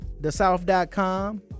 thesouth.com